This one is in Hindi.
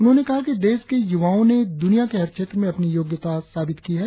उन्होंने कहा कि देश के युवाओ ने दुनिया में हर क्षेत्र में अपनी योग्यता साबित की है